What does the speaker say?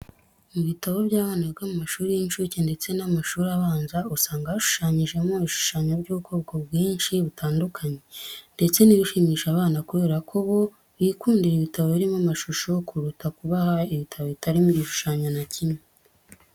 Mu bitabo by'abana biga mu mashuri y'inshuke ndetse no mu mashuri abanza usanga hashushanyijemo ibishushanyo by'ubwoko bwinshi butandukanye ndetse bishimisha abana kubera ko bo bikundira ibitabo birimo amashusho kuruta kubaha ibitabo bitarimo igishushanyo na kimwe.